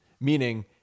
meaning